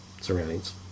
surroundings